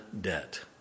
debt